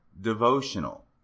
devotional